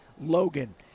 Logan